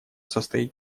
состоит